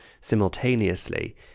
simultaneously